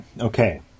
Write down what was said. Okay